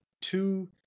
two